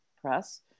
Press